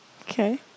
Okay